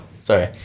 Sorry